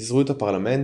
פיזרו את הפרלמנט,